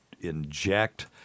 inject